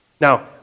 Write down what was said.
Now